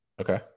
Okay